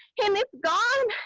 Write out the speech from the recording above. and it's gone.